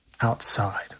outside